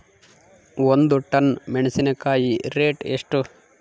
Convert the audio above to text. ಒಂದು ಟನ್ ಮೆನೆಸಿನಕಾಯಿ ರೇಟ್ ಎಷ್ಟು?